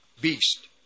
beast